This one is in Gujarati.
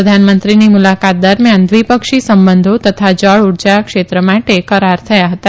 પ્રધાનમંત્રીની મુલાકાત દરમિયાન દ્વિપક્ષી સંબંધો તથા જળ ઊર્જા ક્ષેત્ર માટે કરાર થયા હતા